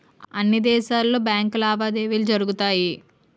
అన్ని దేశాలలో బ్యాంకు లావాదేవీలు జరుగుతాయి